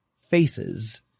FACES